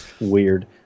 weird